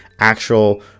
actual